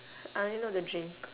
I only know the drink